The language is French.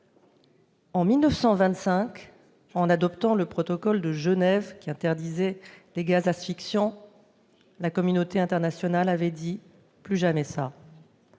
En 1925, en adoptant le protocole de Genève qui interdisait les gaz asphyxiants, la communauté internationale avait dit :« Plus jamais ça »